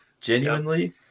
Genuinely